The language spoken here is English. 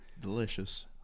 Delicious